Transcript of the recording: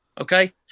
okay